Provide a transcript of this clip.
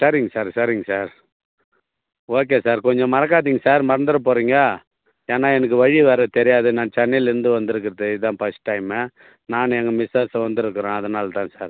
சரிங்க சார் சரிங்க sir okay sir கொஞ்சம் மறக்காதீங்க சார் மறந்துரப் போகறீங்க ஏன்னா எனக்கு வழி வேறு தெரியாது நான் சென்னையிலேந்து வந்துருக்கறது இதான் ஃபர்ஸ்ட் டைமு நான் எங்கள் மிஸ்ஸஸ் வந்துருக்குறோம் அதனால் தான் சார்